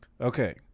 okay